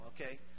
okay